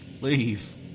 leave